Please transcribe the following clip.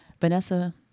Vanessa-